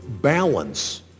balance